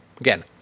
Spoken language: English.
Again